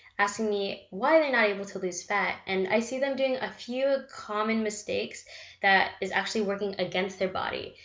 asking me why they're not able to lose fat, and i see them doing a few common mistakes that is actually working against their body.